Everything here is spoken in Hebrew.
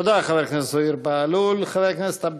תודה, חבר הכנסת זוהיר בהלול.